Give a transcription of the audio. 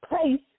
place